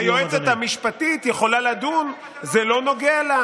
היועצת המשפטית יכולה לדון, זה לא נוגע לה.